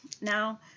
Now